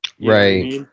Right